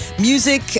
Music